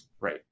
Right